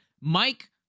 Mike